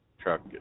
truck